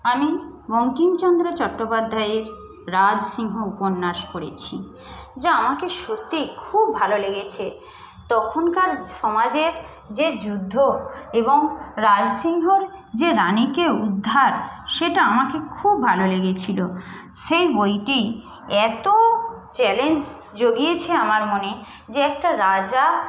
আমি বঙ্কিমচন্দ্র চট্টোপাধ্যায়ের রাজসিংহ উপন্যাস পড়েছি যা আমাকে সত্যি খুব ভালো লেগেছে তখনকার সমাজে যে যুদ্ধ এবং রাজসিংহর যে রানিকে উদ্ধার সেটা আমাকে খুব ভালো লেগেছিল সেই বইটি এত চ্যালেঞ্জ জুগিয়েছে আমার মনে যে একটা রাজা